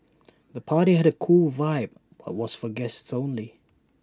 the party had A cool vibe but was for guests only